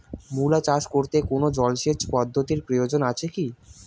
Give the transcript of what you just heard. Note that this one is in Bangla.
মূলা চাষ করতে কোনো জলসেচ পদ্ধতির প্রয়োজন আছে কী?